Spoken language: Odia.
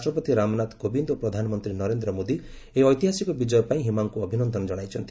ରାଷ୍ଟ୍ରପତି ରାମନାଥ କୋବିନ୍ଦ ଓ ପ୍ରଧାନମନ୍ତ୍ରୀ ନରେନ୍ଦ୍ର ମୋଦି ଏହି ଐତିହାସିକ ବିଜୟ ପାଇଁ ହିମାଙ୍କୁ ଅଭିନନ୍ଦନ ଜଣାଇଛନ୍ତି